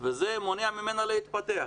וזה מונע ממנה להתפתח.